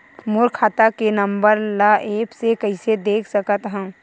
मोर खाता के नंबर ल एप्प से कइसे देख सकत हव?